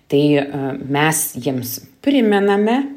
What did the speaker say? tai mes jiems primename